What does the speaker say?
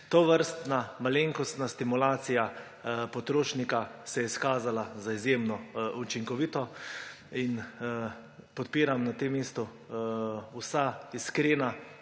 Tovrstna malenkostna stimulacija potrošnika se je izkazala za izjemno učinkovito in podpiram na tem mestu vsa iskrena